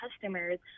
customers